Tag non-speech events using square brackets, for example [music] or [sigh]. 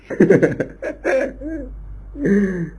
[laughs]